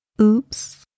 Oops